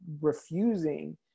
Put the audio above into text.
refusing